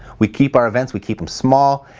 we keep our events, we keep them small,